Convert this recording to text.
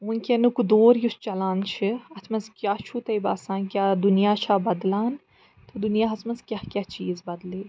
وُنٛکیٚنُک دور یُس چلان چھِ اَتھ منٛز کیٛاہ چھُو تۄہہِ باسان کیٛاہ دُنیا چھا بَدلان تہٕ دُنیاہَس منٛز کیٛاہ کیٛاہ چیٖز بَدلے